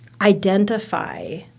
identify